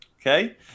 Okay